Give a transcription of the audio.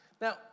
now